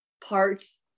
parts